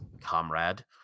comrade